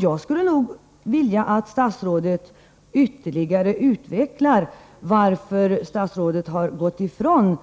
Jag skulle nog vilja att statsrådet ytterligare utvecklade varför statsrådet har gått ifrån